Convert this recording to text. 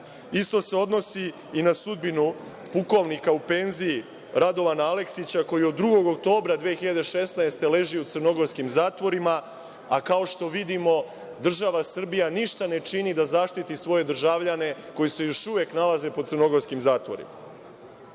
se odnosi i na sudbinu pukovnika u penziji Radovana Aleksića koji od 2. oktobara 2016. godine leži u crnogorskim zatvorima, a kao što vidimo država Srbija niša ne čini da zaštiti svoje državljane koji se još uvek nalaze po crnogorskim zatvorima. Pitanje,